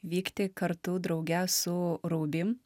vykti kartu drauge su rubi